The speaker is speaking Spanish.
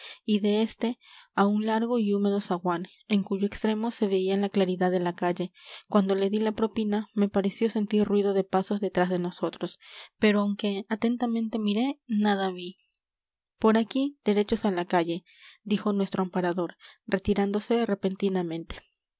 y de este a un largo y húmedo zaguán en cuyo extremo se veía la claridad de la calle cuando le di la propina me pareció sentir ruido de pasos detrás de nosotros pero aunque atentamente miré nada vi por aquí derechos a la calle dijo nuestro amparador retirándose repentinamente